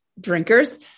drinkers